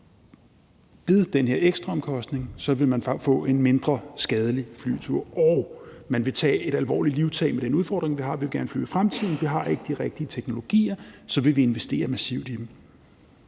ved den her ekstraomkostning få en mindre skadelig flyvetur, og man vil tage et alvorligt livtag med den udfordring, vi har: Vi vil gerne flyve i fremtiden, men vi har ikke de rigtige teknologier, så vi vil investere massivt i dem.